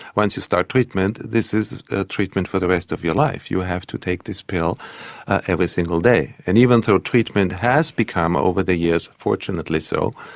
once you start treatment this is a treatment for the rest of your life, you have to take this pill every single day. and even though treatment has become over the years, fortunately so,